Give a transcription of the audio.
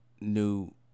new